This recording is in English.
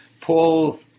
Paul